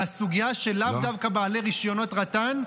והסוגיה שלאו דווקא בעלי רישיונות רט"ן,